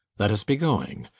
let us be going!